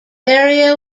area